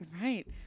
Right